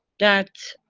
that,